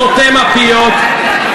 סותם הפיות.